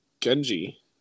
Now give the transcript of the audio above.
Genji